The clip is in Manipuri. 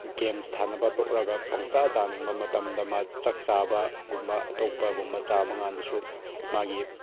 ꯒꯦꯝ ꯁꯥꯟꯅꯕ ꯇꯣꯛꯂꯒ ꯄꯪꯆꯥ ꯆꯥꯅꯤꯡꯕ ꯃꯇꯝꯗ ꯃꯥ ꯆꯥꯛ ꯆꯥꯕꯒꯨꯝꯕ ꯑꯇꯣꯞꯄꯒꯨꯝꯕ ꯆꯥꯕꯀꯥꯟꯗꯁꯨ ꯃꯥꯒꯤ